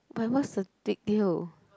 but what's the big deal